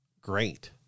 great